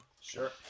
Sure